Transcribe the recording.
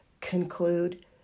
conclude